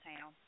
town